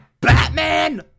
Batman